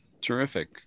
Terrific